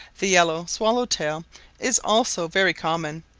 the yellow swallow-tail is also very common,